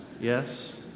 Yes